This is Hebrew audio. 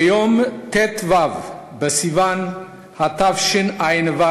ביום ט"ו בסיוון התשע"ו,